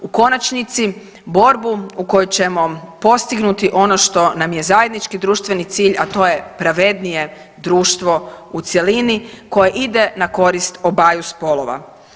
U konačnici borbu u kojoj ćemo postignuti ono što nam je zajednički društveni cilj, a to je pravednije društvo u cjelini koje ide na korist obaju spolova.